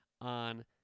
on